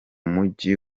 mujyi